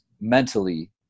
mentally